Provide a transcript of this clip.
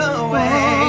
away